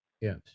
Yes